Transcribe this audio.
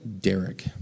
Derek